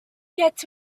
yet